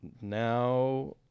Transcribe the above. Now